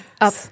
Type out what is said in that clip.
Up